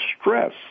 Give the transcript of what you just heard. stress